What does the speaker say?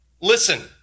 listen